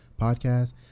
podcast